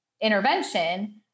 intervention